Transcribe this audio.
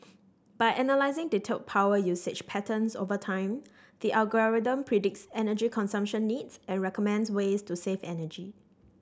by analysing detailed power usage patterns over time the algorithm predicts energy consumption needs and recommends ways to save energy